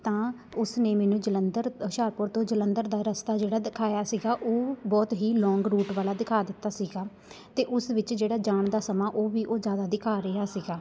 ਤਾਂ ਉਸ ਨੇ ਮੈਨੂੰ ਜਲੰਧਰ ਹੁਸ਼ਿਆਰਪੁਰ ਤੋਂ ਜਲੰਧਰ ਦਾ ਰਸਤਾ ਜਿਹੜਾ ਦਿਖਾਇਆ ਸੀਗਾ ਉਹ ਬਹੁਤ ਹੀ ਲੋਂਗ ਰੂਟ ਵਾਲਾ ਦਿਖਾ ਦਿੱਤਾ ਸੀਗਾ ਅਤੇ ਉਸ ਵਿੱਚ ਜਿਹੜਾ ਜਾਣ ਦਾ ਸਮਾਂ ਉਹ ਵੀ ਉਹ ਜ਼ਿਆਦਾ ਦਿਖਾ ਰਿਹਾ ਸੀਗਾ